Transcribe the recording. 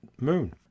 Moon